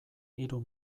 hiru